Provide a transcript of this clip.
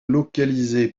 localisé